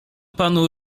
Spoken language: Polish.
panu